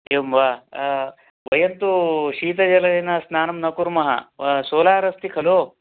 एवं वा वयम्तु शीतजलेन स्नानं न कुर्मः व सोलार् अस्ति खलु